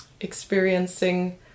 experiencing